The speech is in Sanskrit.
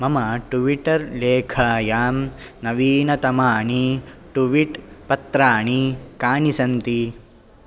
मम ट्वीटर्लेखायां नवीनतमानि ट्वीट्पत्राणि कानि सन्ति